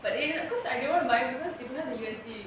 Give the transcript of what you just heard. but ev~ because I didn't want to buy is because they don't have the U_S_B